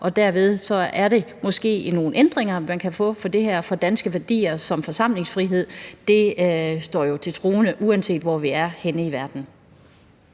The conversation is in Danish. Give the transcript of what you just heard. Og derved er der måske nogle ændringer, man kan få lavet i forhold til det her. For danske værdier som forsamlingsfrihed står jo til troende, uanset hvor vi er henne i verden.